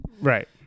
Right